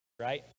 right